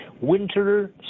Winter